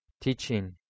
teaching